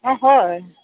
অ হয়